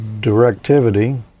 directivity